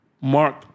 Mark